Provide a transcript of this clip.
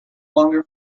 longer